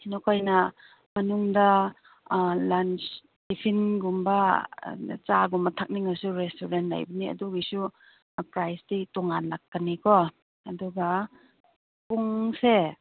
ꯅꯈꯣꯏꯅ ꯃꯅꯨꯡꯗ ꯂꯟꯁ ꯇꯤꯐꯤꯟꯒꯨꯝꯕ ꯆꯥꯒꯨꯝꯕ ꯊꯛꯅꯤꯡꯂꯁꯨ ꯔꯦꯁꯇꯨꯔꯦꯟ ꯂꯩꯕꯅꯤ ꯑꯗꯨꯒꯤꯁꯨ ꯄ꯭ꯔꯥꯏꯖꯇꯤ ꯇꯣꯉꯥꯟꯅ ꯂꯥꯛꯀꯅꯤꯀꯣ ꯑꯗꯨꯒ ꯄꯨꯡꯁꯦ